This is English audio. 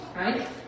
Right